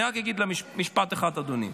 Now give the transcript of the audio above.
אני רק אגיד משפט אחד, אדוני: